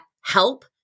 help